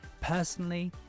Personally